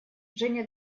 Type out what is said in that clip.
женя